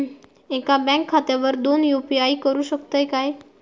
एका बँक खात्यावर दोन यू.पी.आय करुक शकतय काय?